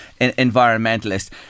environmentalist